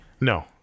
No